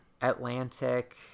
atlantic